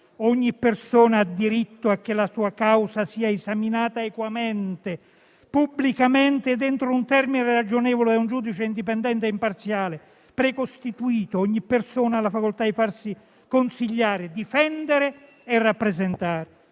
ogni persona ha diritto a che la sua causa sia esaminata equamente, pubblicamente ed entro un termine ragionevole da un giudice indipendente e imparziale precostituito. Ogni persona ha la facoltà di farsi consigliare, difendere e rappresentare.